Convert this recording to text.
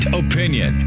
opinion